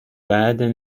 گردن